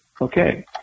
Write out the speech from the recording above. okay